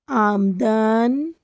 ਆਮਦਨ